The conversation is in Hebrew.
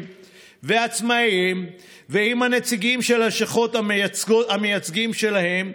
ועצמאים ועם הנציגים של הלשכות המייצגים שלהם,